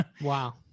Wow